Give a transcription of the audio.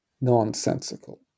nonsensical